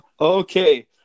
Okay